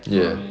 ya